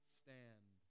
stand